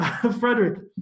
Frederick